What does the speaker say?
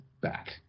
back